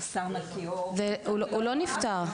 הוא לא נפטר.